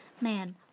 Man